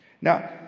Now